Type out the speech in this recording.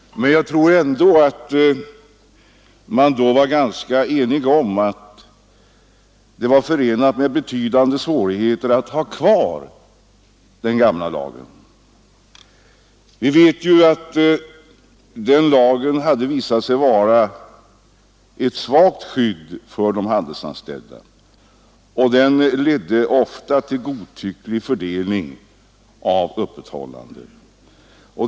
Men jag tror ändå att det rådde ganska stor enighet om att det var förenat med betydande svårigheter att ha kvar den gamla lagen. Vi vet att den lagen hade visat sig vara ett svagt skydd för de handelsanställda, och den ledde ofta till godtycklig fördelning av öppethållandet.